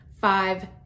five